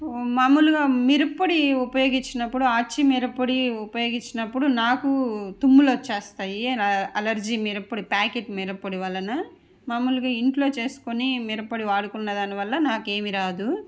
మామూలుగా మిరప్పొడి ఉపయోగించినప్పుడు ఆర్చి మిరప్పొడి ఉపయోగించినప్పుడు నాకు తుమ్ములు వచ్చేస్తాయి అలర్జీ మిరప్పొడి ప్యాకెట్ మిరప్పొడి వలన మామూలుగా ఇంట్లో చేసుకొని మిరప్పొడి వాడుకున్న దానివల్ల నాకు ఏమి రాదు